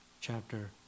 chapter